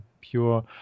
pure